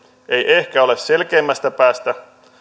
ehkä ole selkeimmästä päästä